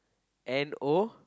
N O